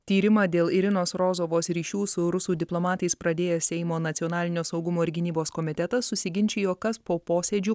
tyrimą dėl irinos rozovos ryšių su rusų diplomatais pradėjęs seimo nacionalinio saugumo ir gynybos komitetas susiginčijo kas po posėdžių